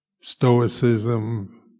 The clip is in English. Stoicism